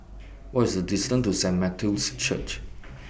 What's The distance to Saint Matthew's Church